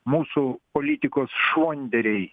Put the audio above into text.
mūsų politikos švonderiai